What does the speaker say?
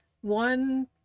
one